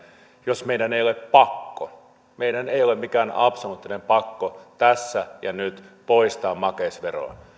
jos meidän ei ole pakko meidän ei ole mikään absoluuttinen pakko tässä ja nyt poistaa makeisveroa